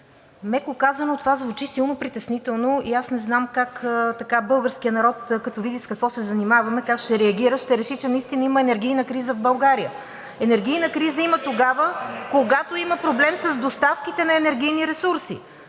Меко казано, това звучи силно притеснително. Аз не знам българският народ, като види с какво се занимаваме, как ще реагира? Ще реши, че наистина има енергийна криза в България. (Силен шум.) Енергийна криза има тогава, когато има проблем с доставките на енергийни ресурси.